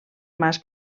mas